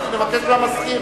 נבקש מהמזכיר